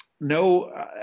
no